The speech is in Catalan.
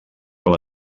com